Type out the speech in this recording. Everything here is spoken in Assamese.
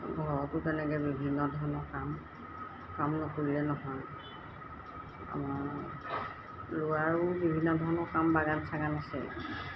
ঘৰতো তেনেকৈ বিভিন্ন ধৰণৰ কাম কাম নকৰিলে নহয় আমাৰ ল'ৰাৰো বিভিন্ন ধৰণৰ কাম বাগান চাগান আছে